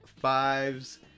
fives